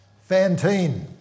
Fantine